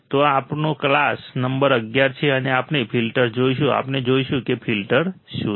તો આ આપણો ક્લાસ નંબર 11 છે અને આપણે ફિલ્ટર્સ જોઈશું આપણે જોઈશું કે ફિલ્ટર્સ શું છે